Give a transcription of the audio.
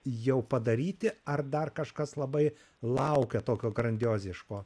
jau padaryti ar dar kažkas labai laukia tokio grandioziško